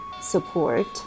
support